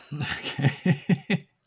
okay